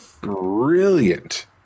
brilliant